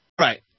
Right